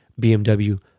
BMW